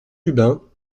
lubin